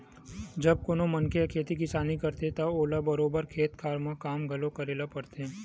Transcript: जब कोनो मनखे ह खेती किसानी करथे त ओला बरोबर खेत खार म काम घलो करे बर परथे